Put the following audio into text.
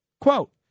quote